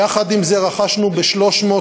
יחד עם זה, רכשנו ב-351